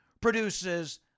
produces